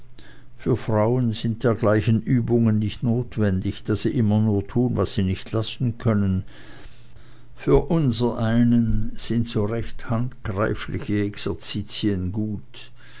für frauen sind dergleichen übungen nicht notwendig da sie immer nur tun was sie nicht lassen können für unsereinen sind so recht handgreifliche exerzitien gut